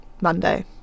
Monday